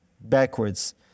backwards